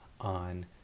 on